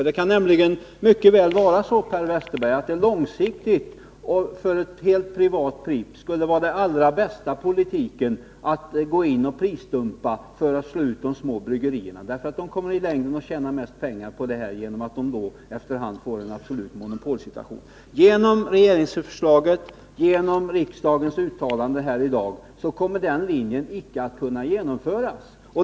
Det kan nämligen mycket väl vara så, Per Westerberg, att det för ett helt privat Pripps långsiktigt skulle vara den allra bästa politiken att prisdumpa för att göra slut på de små bryggerierna. I längden kommer Pripps att tjäna mest på detta genom att man efter hand får en absolut monopolsituation. Genom regeringsförslaget och genom riksdagens uttalande häri dag kommer denlinjen icke att kunna genomföras.